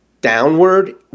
downward